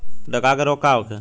डकहा रोग का होखे?